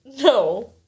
No